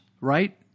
right